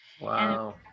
Wow